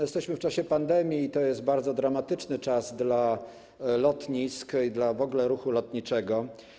Jesteśmy w czasie pandemii i to jest bardzo dramatyczny czas dla lotnisk i w ogóle dla ruchu lotniczego.